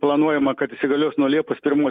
planuojama kad įsigalios nuo liepos pirmos